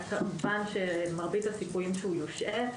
אז כמובן שמרבית הסיכויים שהוא יושעה.